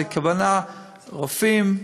הכוונה רופאים,